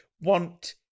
want